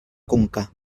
conca